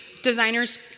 Designers